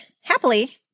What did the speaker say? happily